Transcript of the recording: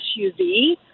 SUV